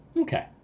Okay